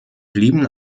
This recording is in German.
blieben